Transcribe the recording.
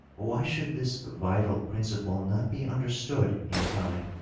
why should this vital principle not be understood, in time,